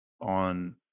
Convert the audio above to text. on